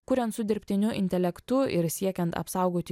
kuriant su dirbtiniu intelektu ir siekiant apsaugoti